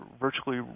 virtually